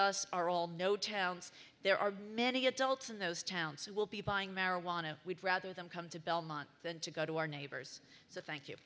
all no towns there are many adults in those towns who will be buying marijuana we'd rather them come to belmont than to go to our neighbors so thank you